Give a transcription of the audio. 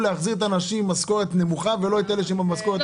להחזיר נשים במשכורות נמוכות יותר ולא את אלה שבמשכורות הגבוהות,